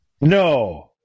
No